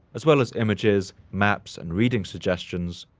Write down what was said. as well as images, maps, and reading suggestions,